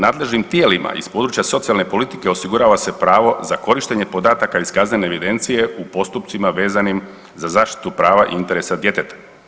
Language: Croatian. Nadležnim tijelima iz područja socijalne politike osigurava se pravo za korištenje podataka iz kaznene evidencije u postupcima vezanim za zaštitu prava interesa djeteta.